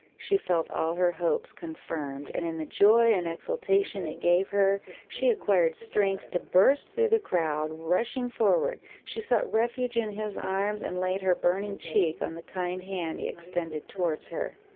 she felt all her hopes confirmed and in the joy and exultation it gave her, she acquired strength to burst through the crowd rushing forward, she sought refuge in his arms, and laid her burning cheek on the kind hand he extended towards her.